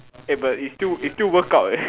eh but it still it still work out eh